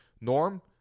Norm